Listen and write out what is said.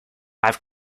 i’ve